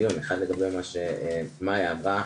לגבי מה שמאיה אמרה.